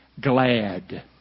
glad